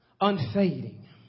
unfading